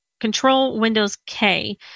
Control-Windows-K